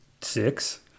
six